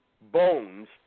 bones